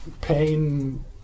pain